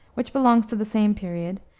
which belongs to the same period,